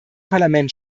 parlament